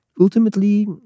ultimately